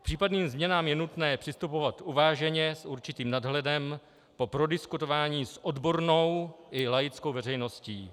K případným změnám je nutné přistupovat uváženě, s určitým nadhledem, po prodiskutování s odbornou i laickou veřejností.